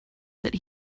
that